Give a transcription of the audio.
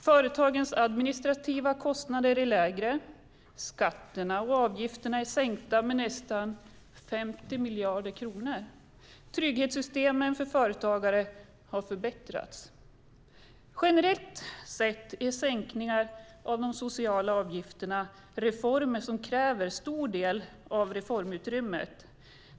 Företagens administrativa kostnader är lägre, skatterna och avgifterna är sänkta med nästan 50 miljarder kronor och trygghetssystemen för företagare har förbättrats. Generellt sett är sänkningar av de sociala avgifterna reformer som kräver en stor del av reformutrymmet.